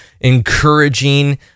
encouraging